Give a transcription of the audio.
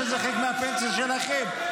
שזה חלק מהפנסיה שלכם,